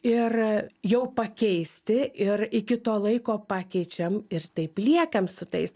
ir jau pakeisti ir iki to laiko pakeičiam ir taip liekam su tais